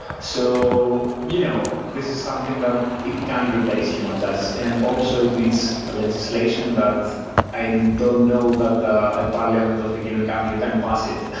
so you know this is something that it can't replace human judges and also it needs legislation that i don't know that a parliament of a given country can pass it.